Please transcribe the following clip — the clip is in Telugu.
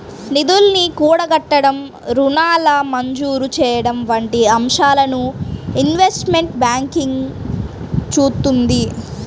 నిధుల్ని కూడగట్టడం, రుణాల మంజూరు చెయ్యడం వంటి అంశాలను ఇన్వెస్ట్మెంట్ బ్యాంకింగ్ చూత్తుంది